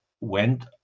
went